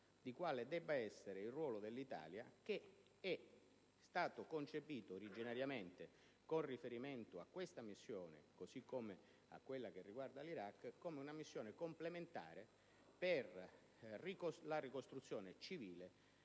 di quale debba essere il ruolo dell'Italia, che è stato concepito originariamente, con riferimento a questa missione così come a quella che riguarda l'Iraq, come complementare per la ricostruzione civile